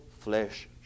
flesh